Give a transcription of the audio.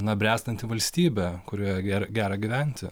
na bręstanti valstybė kurioje ger gera gyventi